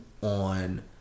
on